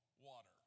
water